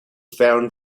found